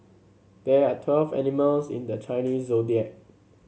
there are twelve animals in the Chinese Zodiac